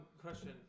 Question